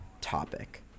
topic